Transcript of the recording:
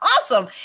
awesome